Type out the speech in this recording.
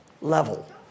level